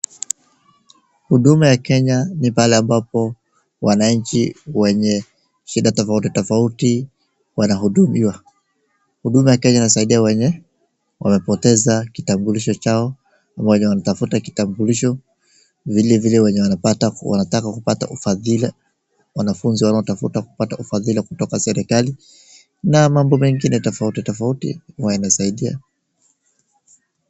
Huduma ya Kenya ni pahali ambapo wanaanchi wenye shida tofauti tofauti wanahudumiwa , huduma ya kenya inasaidia wenye wapoteza kitambulisho yao , wenye wanatafuta kitambulisho vile vile wenye wanataka kupata ufadhila , wanafunzi wanaotaka kupata ufadhila kutoka serikali na mambo mengine tofautitofauti huwa inasaidia.